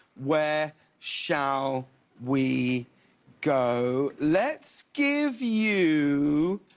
where shall we go, let's give you